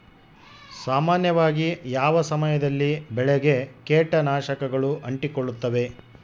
ಸಾಮಾನ್ಯವಾಗಿ ಯಾವ ಸಮಯದಲ್ಲಿ ಬೆಳೆಗೆ ಕೇಟನಾಶಕಗಳು ಅಂಟಿಕೊಳ್ಳುತ್ತವೆ?